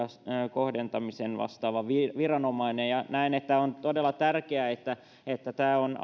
kohdentamisesta vastaava viranomainen näen että on todella tärkeää että että tämä on